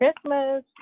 Christmas